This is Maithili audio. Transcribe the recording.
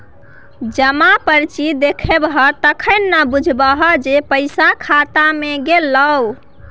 जमा पर्ची देखेबहक तखने न बुझबौ जे पैसा खाता मे गेलौ